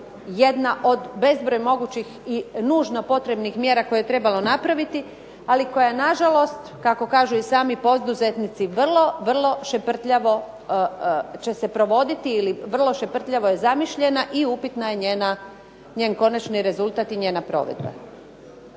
jedna od bezbroj mogućih i nužno potrebnih mjera koje je trebalo napraviti ali koja je na žalost kako kažu i sami poduzetnici vrlo šeprtljavo će se provoditi ili vrlo šeprtljavo je zamišljena i upitna je njen konačni rezultat i njena provedba.